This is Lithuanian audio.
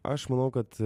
aš manau kad